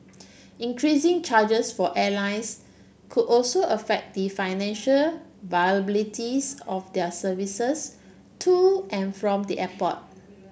increasing charges for airlines could also affect the financial viabilities of their services to and from the airport